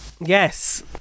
yes